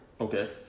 Okay